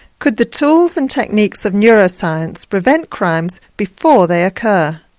could the tools and techniques of neuroscience prevent crimes before they occur?